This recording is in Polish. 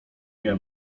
nie